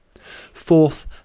Fourth